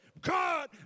God